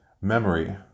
Memory